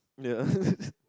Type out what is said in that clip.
yeah